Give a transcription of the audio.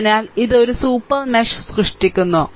അതിനാൽ ഇത് ഒരു സൂപ്പർ മെഷ് സൃഷ്ടിക്കുന്നു